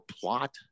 plot